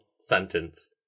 sentence